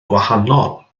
gwahanol